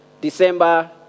December